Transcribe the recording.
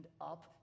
up